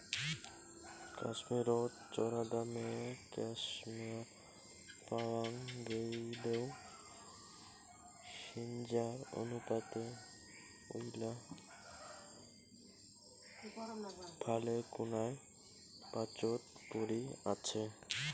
কাশ্মীরত চরাদামে ক্যাশমেয়ার পাওয়াং গেইলেও সিজ্জার অনুপাতে ঐলা ভালেকুনায় পাচোত পরি আচে